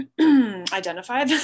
identify